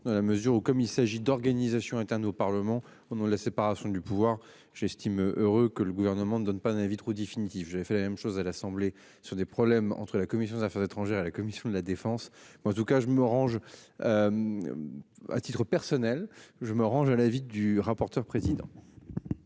Dans la mesure où comme il s'agit d'organisation interne au Parlement. On nous la séparation du pouvoir. J'estime heureux que le gouvernement ne donne pas des vitraux définitif. J'ai fait la même chose à l'Assemblée sur des problèmes entre la commission des affaires étrangères et la Commission de la Défense. Moi en tout cas je me range. À titre personnel, je me range à l'avis du rapporteur, président.